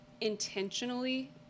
intentionally